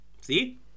See